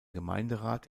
gemeinderat